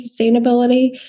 sustainability